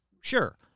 sure